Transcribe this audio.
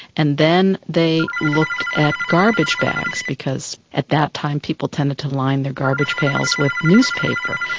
and then they looked at garbage bags because at that time people tended to line their garbage pails with newspaper,